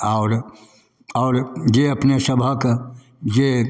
आओर आओर जे अपनेसभके जे